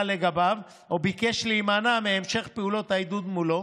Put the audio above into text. לגביו או ביקש להימנע מהמשך פעולות העידוד מולו.